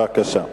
בבקשה.